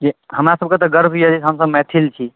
जे हमरासबके तऽ गर्व अइ जे हमसब मैथिल छी